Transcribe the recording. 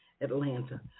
Atlanta